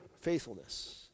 faithfulness